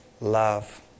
love